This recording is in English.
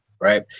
right